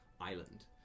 island